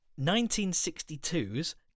1962's